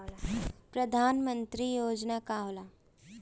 परधान मंतरी योजना का होला?